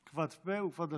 כבד פה וכבד לשון.